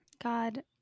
God